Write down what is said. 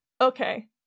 okay